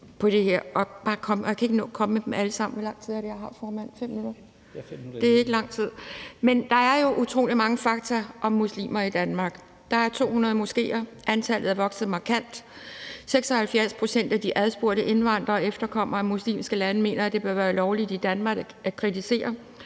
der er jo utrolig mange fakta om muslimer i Danmark. Der er 200 moskéer. Antallet er vokset markant. 76 pct. af de adspurgte indvandrere og efterkommere fra muslimske lande mener, at det bør være ulovligt i Danmark at kritisere